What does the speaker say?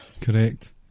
Correct